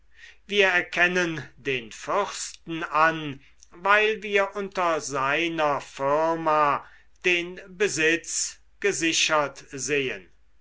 wir erkennen den fürsten an weil wir unter seiner firma den besitz gesichert sehen